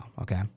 Okay